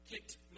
kicked